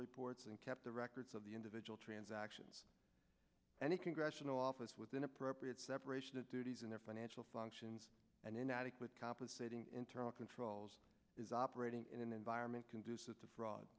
reports and kept the records of the individual transactions and the congressional office with an appropriate separation of duties in their financial functions and inadequate compensating internal controls is operating in an environment conducive to fraud